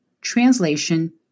translation